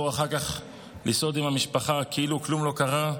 אחר כך לסעוד עם המשפחה כאילו כלום לא קרה,